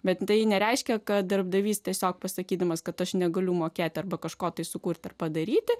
bet tai nereiškia kad darbdavys tiesiog pasakydamas kad aš negaliu mokėti arba kažko tai sukurti ar padaryti